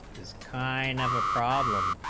this kind of a problem